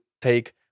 take